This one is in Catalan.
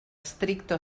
stricto